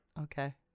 Okay